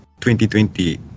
2020